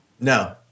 No